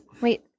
Wait